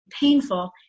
painful